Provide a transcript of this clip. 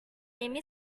ini